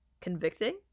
convicting